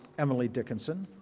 emily dickenson.